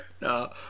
No